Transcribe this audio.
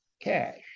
cash